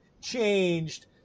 changed